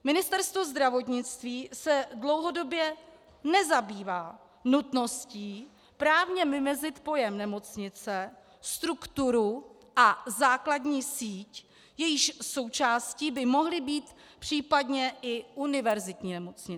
Ministerstvo zdravotnictví se dlouhodobě nezabývá nutností právně vymezit pojem nemocnice, strukturu a základní síť, jejíž součástí by mohly být případně i univerzitní nemocnice.